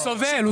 הוא סובל.